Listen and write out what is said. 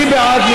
מי בעד?